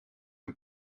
een